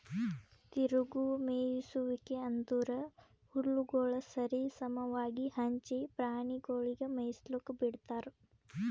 ತಿರುಗುವ ಮೇಯಿಸುವಿಕೆ ಅಂದುರ್ ಹುಲ್ಲುಗೊಳ್ ಸರಿ ಸಮವಾಗಿ ಹಂಚಿ ಪ್ರಾಣಿಗೊಳಿಗ್ ಮೇಯಿಸ್ಲುಕ್ ಬಿಡ್ತಾರ್